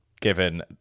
given